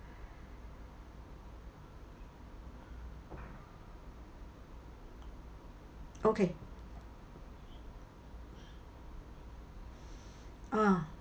okay oh